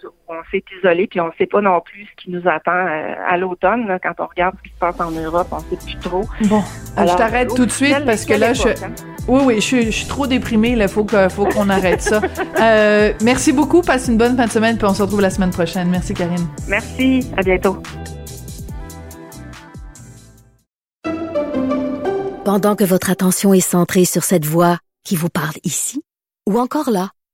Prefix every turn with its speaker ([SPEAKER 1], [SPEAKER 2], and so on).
[SPEAKER 1] où on s'est isolé, puis on sait pas non plus ce qui nous attend, euh, à l'automne, là, quand on regarde ce qui se passe en Europe, on sait plus trop.
[SPEAKER 2] Bon, euh, je
[SPEAKER 1] Alors,
[SPEAKER 2] t'arrête
[SPEAKER 1] l'eau
[SPEAKER 2] tout de
[SPEAKER 1] du
[SPEAKER 2] suite
[SPEAKER 1] ciel,
[SPEAKER 2] parce que
[SPEAKER 1] l'école est
[SPEAKER 2] là, je-
[SPEAKER 1] forte, hein.
[SPEAKER 2] Oui, oui, je suis- je suis trop déprimée, là, faut que- faut qu'on arrête ça. Euh, merci beaucoup, passe une bonne fin de semaine, puis on se retrouve la semaine prochaine. Merci, Karine.
[SPEAKER 1] Merci, à bientôt.
[SPEAKER 3] Pendant que votre attention est centrée sur cette voix qui vous parle ici ou encore là,